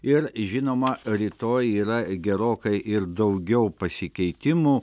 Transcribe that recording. ir žinoma rytoj yra gerokai ir daugiau pasikeitimų